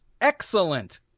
excellent